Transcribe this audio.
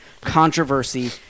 controversy